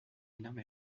énorme